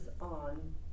on